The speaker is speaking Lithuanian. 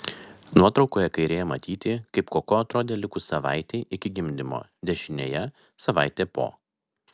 nuotraukoje kairėje matyti kaip koko atrodė likus savaitei iki gimdymo dešinėje savaitė po